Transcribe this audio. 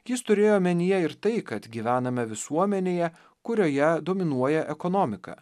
jis turėjo omenyje ir tai kad gyvename visuomenėje kurioje dominuoja ekonomika